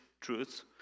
truths